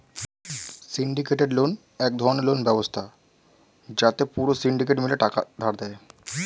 syndicated loan এক ধরণের loan ব্যবস্থা যাতে পুরো সিন্ডিকেট মিলে টাকা ধার দেয়